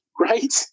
Right